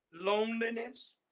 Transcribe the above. loneliness